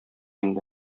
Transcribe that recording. инде